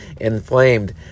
inflamed